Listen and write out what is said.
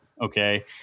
okay